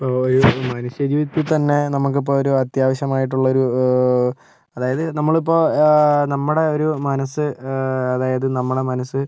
ഇപ്പോൾ ഈ മനുഷ്യ ജീവിതത്തിൽ തന്നെ നമുക്കിപ്പോൾ ഒരു അത്യാവശ്യമായിട്ടുള്ള ഒരു അതായത് നമ്മളിപ്പോൾ നമ്മുടെ ഒരു മനസ്സ് അതായത് നമ്മുടെ മനസ്സ്